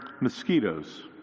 mosquitoes